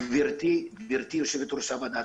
גברתי יושבת-ראש הוועדה,